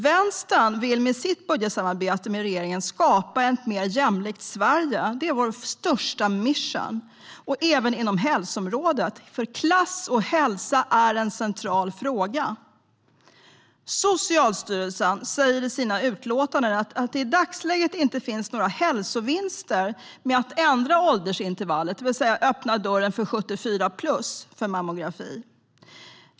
Vänstern vill med sitt budgetsamarbete med regeringen skapa ett mer jämlikt Sverige. Det är vår största mission. Det gäller även inom hälsoområdet. Klass och hälsa är en central fråga. Socialstyrelsen säger i sina utlåtanden att det i dagsläget inte finns några hälsovinster med att ändra åldersintervallet, det vill säga öppna dörren för mammografi för kvinnor över 74 år.